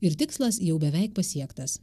ir tikslas jau beveik pasiektas